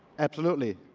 absolutely.